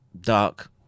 dark